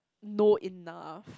know enough